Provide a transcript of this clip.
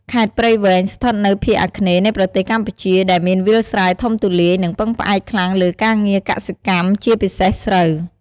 ខេត្តព្រៃវែង ស្ថិតនៅភាគអាគ្នេយ៍នៃប្រទេសកម្ពុជា ដែលមានវាលស្រែធំទូលាយ និងពឹងផ្អែកខ្លាំងលើការងារកសិកម្ម ជាពិសេសស្រូវ។